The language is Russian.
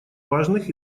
важных